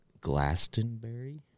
Glastonbury